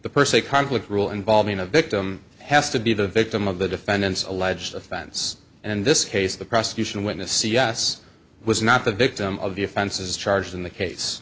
the per se conflict rule involving a victim has to be the victim of the defendant's alleged offense and in this case the prosecution witness c s was not the victim of the offenses charged in the case